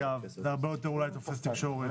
זה אולי הרבה יותר תופס תקשורת.